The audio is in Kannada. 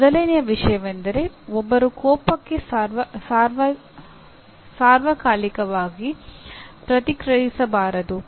ಮೊದಲನೆಯ ವಿಷಯವೆಂದರೆ ಒಬ್ಬರು ಕೋಪಕ್ಕೆ ಸಾರ್ವಕಾಲಿಕವಾಗಿ ಪ್ರತಿಕ್ರಿಯಿಸಬಾರದು